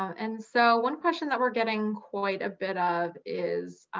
and so one question that we're getting quite a bit of is,